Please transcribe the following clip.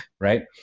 right